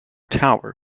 tower